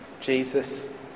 Jesus